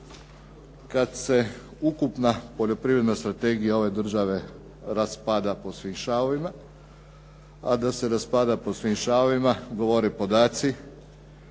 kada se ukupna poljoprivredna strategija ove države raspada po svim šavovima. A da se raspada po svim šavovima govore podaci